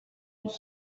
une